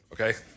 okay